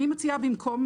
אני מציעה שבמקום